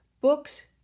books